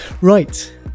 Right